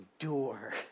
Endure